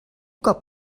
cap